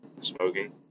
smoking